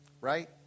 Right